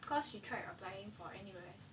cause she tried applying N_U_S